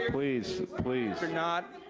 please, please. you're not,